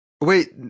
wait